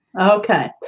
Okay